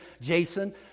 Jason